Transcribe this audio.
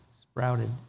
sprouted